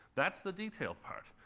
that's the detail part.